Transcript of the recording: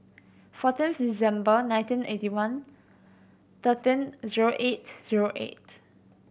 fourteen December nineteen eighty one thirteen zero eight zero eight